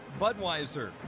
Budweiser